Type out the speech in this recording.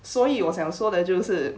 所以我想说的就是